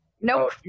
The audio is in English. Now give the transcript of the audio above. Nope